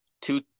two